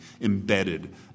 embedded